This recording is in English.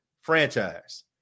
franchise